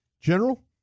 General